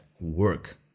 work